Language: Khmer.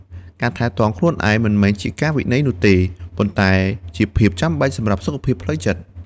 ការថែទាំខ្លួនឯងមិនមែនជាការវិន័យនោះទេ ប៉ុន្តែជាភាពចាំបាច់សម្រាប់សុខភាពផ្លូវចិត្ត។